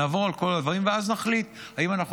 נעבור על כל הדברים ואז נחליט אם אנחנו